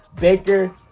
Baker